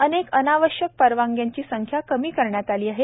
अनेक अनावश्यक परवानग्यांची संख्या कमी करण्यात आली आहे